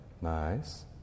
nice